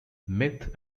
myth